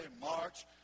March